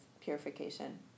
purification